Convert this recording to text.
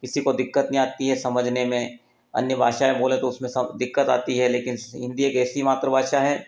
किसी को दिक्कत नहीं आती है समझने में अन्य भाषाएँ बोले तो उसमें सब दिक्कत आती है लेकिन हिन्दी एक ऐसी मातृभाषा है